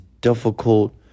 difficult